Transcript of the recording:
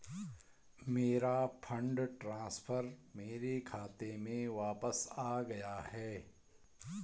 मेरा fund transfer मेरे खाते में वापस आ गया है